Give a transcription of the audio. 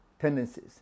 tendencies